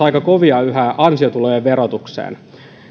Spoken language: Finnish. aika kovia suhteessa ansiotulojen verotukseen